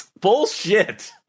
Bullshit